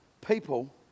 people